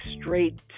straight